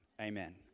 Amen